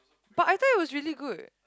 but I thought it was really good